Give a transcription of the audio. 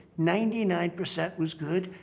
ninety nine percent was good,